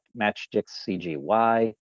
MatchsticksCGY